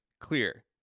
clear